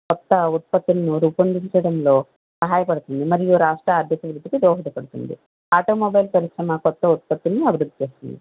కొత్త ఉత్పత్తులను రూపొందించడంలో సహాయపడుతుంది మరియు రాష్ట్ర ఆర్థిక అభివృద్ధికి దోహద పడుతుంది ఆటోమొబైల్ పరిశ్రమ కొత్త ఉత్పత్తులను అభివృద్ధి చేస్తుంది